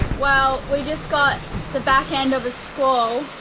well, we just got the back end of a squall,